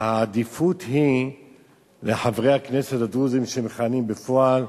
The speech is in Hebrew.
שהעדיפות היא לחברי הכנסת הדרוזים שמכהנים בפועל,